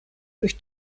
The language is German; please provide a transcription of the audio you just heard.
durch